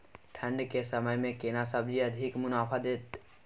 ठंढ के समय मे केना सब्जी अधिक मुनाफा दैत?